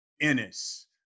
Ennis